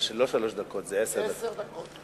זה לא שלוש דקות, עשר דקות.